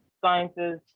sciences